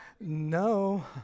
No